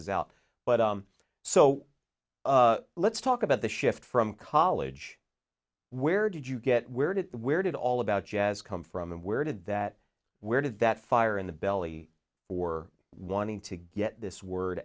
is out but so let's talk about the shift from college where did you get weird where did all about jazz come from and where did that where did that fire in the belly for wanting to get this word